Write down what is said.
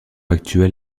actuel